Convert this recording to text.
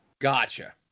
Gotcha